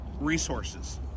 resources